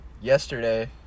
yesterday